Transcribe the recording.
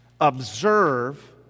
observe